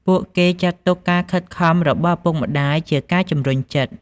ពួកគេចាត់ទុកការខិតខំរបស់ឪពុកម្តាយជាការជំរុញចិត្ត។